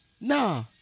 Nah